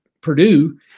Purdue